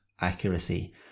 accuracy